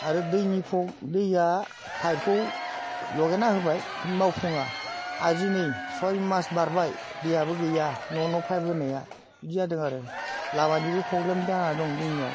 आरो दैनिखौ दैया पाइपखौ लगायना होबाय होनब्लाबो मावफुङा आजि नै सय मास बारबाय दैयाबो गैया न'न' पाइप होनाया बिदि जादों आरो लामानिबो प्रब्लेम जानानै दङ जोंनियाव